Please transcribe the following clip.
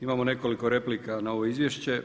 Imamo nekoliko replika na ovo izvješće.